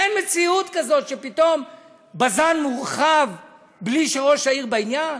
אין מציאות כזאת שפתאום בז"ן מורחב בלי שראש העיר בעניין.